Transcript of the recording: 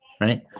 right